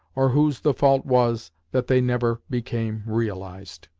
or whose the fault was that they never became realised.